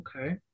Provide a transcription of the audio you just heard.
Okay